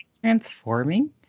Transforming